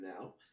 now